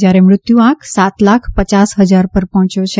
જ્યારે મૃત્યુઆંક સાત લાખ પચાસ પર પહોંચી ગયો છે